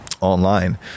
online